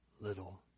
little